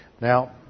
Now